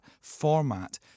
format